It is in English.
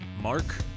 Mark